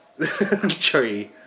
tree